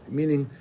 meaning